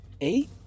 eight